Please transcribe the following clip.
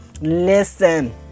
Listen